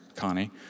Connie